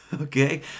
Okay